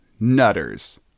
Nutters